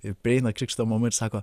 ir prieina krikšto mama ir sako